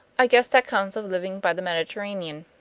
i guess that comes of living by the mediterranean.